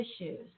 issues